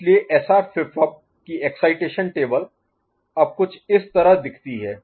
इसलिए SR flip flop की excitation table अब कुछ इस तरह दिखती है